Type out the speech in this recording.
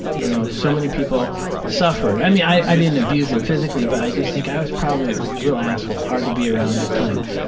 you know, so many people suffered. i mean, i i didn't abuse them physically, but i just think i was probably a real asshole, hard to be around at times.